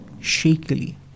shakily